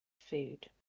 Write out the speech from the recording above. food